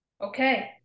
okay